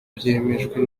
byemejwe